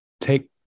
take